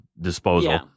disposal